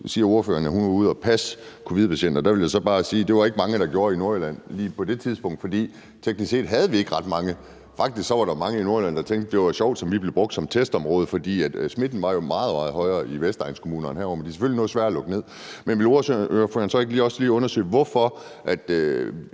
siger ordføreren, at hun var ude og passe covid-19-patienter. Der vil jeg så bare sige, at det var der ikke mange der gjorde i Nordjylland lige på det tidspunkt, for teknisk set havde vi ikke ret mange. Faktisk var der mange i Nordjylland, der tænkte, at det da var sjovt, som vi blev brugt som testområde. For smitten var jo meget, meget højere i vestegnskommunerne herovre, men de er selvfølgelig noget sværere at lukke ned. Men vil ordføreren så ikke også lige undersøge, hvorfor man